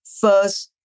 first